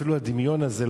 אפילו הדמיון הזה,